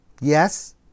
Yes